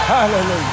Hallelujah